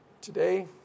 Today